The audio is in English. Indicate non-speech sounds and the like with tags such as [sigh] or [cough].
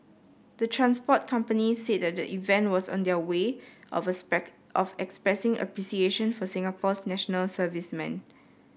the transport companies said the event was their way of [unintelligible] of expressing appreciation for Singapore's National Servicemen